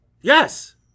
Yes